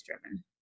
driven